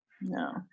No